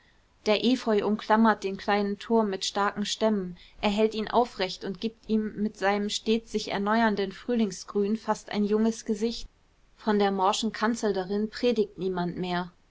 der efeu umklammert den kleinen turm mit starken stämmen er hält ihn aufrecht und gibt ihm mit seinem stets sich erneuernden frühlingsgrün fast ein junges gesicht von der morschen kanzel darin predigt niemand mehr